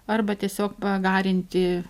arba tiesiog pagarinti